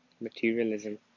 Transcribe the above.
materialism